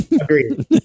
Agreed